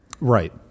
right